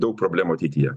daug problemų ateityje